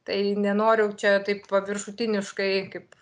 tai nenoriu čia taip paviršutiniškai kaip